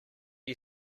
you